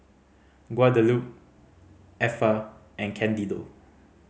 Guadalupe Effa and Candido